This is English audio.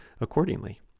accordingly